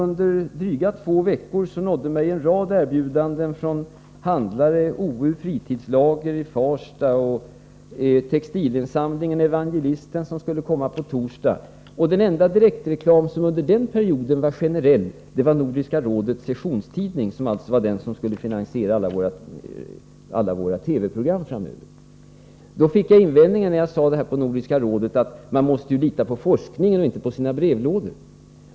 Under dryga två veckor nådde mig en rad erbjudanden från olika handlare, alltifrån O U Fritidslager till textilinsamlingen Evangelisten, som skulle äga rum på torsdag. Den enda direktreklam under den perioden som var generell var Nordiska rådets sessionstidning, dvs. det nummer som skulle finansiera alla våra TV-program framöver. När jag sade detta på Nordiska rådets möte mötte jag invändningen att man måste lita på forskningen och inte på vad som hamnar i brevlådorna.